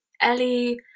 ellie